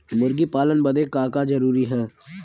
मुर्गी पालन बदे का का जरूरी ह?